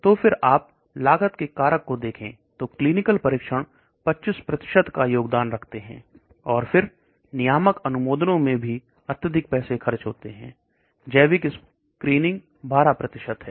तो फिर आप लागत के कारक को देखें तो क्लीनिकल परीक्षण 25 का योगदान रखते हैं और फिर नियामक अनुमोदन ओं में भी अधिक पैसे खर्च होते हैं जैविक स्क्रीनिंग 12 है